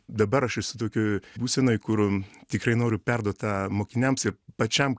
dabar aš esu tokioj būsenoj kur tikrai noriu perduot tą mokiniams ir pačiam